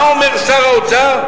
מה אומר שר האוצר?